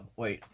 Wait